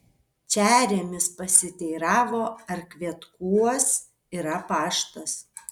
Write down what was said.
čeremis pasiteiravo ar kvetkuos yra paštas